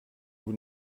vous